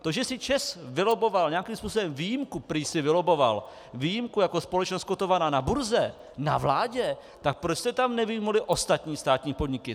To, že si ČEZ vylobboval nějakým způsobem výjimku, prý si vylobboval výjimku jako společnost kotovaná na burze na vládě, tak proč jste tam nevyjmuli ostatní státní podniky?